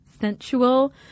sensual